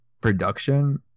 production